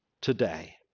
today